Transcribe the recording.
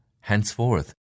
Henceforth